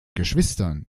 geschwistern